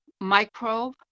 microbe